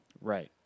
Right